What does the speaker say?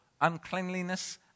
uncleanliness